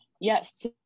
Yes